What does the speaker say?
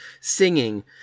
Singing